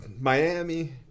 Miami